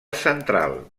central